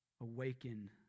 Awaken